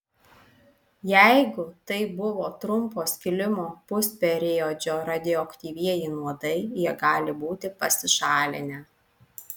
jeigu tai buvo trumpo skilimo pusperiodžio radioaktyvieji nuodai jie gali būti pasišalinę